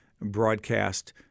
broadcast